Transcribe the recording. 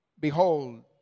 behold